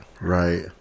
right